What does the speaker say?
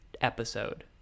episode